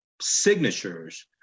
signatures